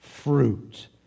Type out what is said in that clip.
fruit